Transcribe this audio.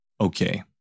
okay